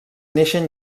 neixen